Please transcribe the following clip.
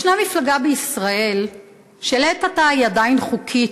ישנה מפלגה בישראל שלעת עתה היא, עדיין, חוקית.